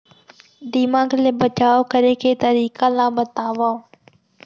दीमक ले बचाव करे के तरीका ला बतावव?